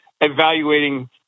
evaluating